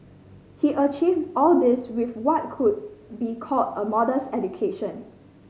he achieved all this with why could be called a modest education